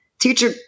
teacher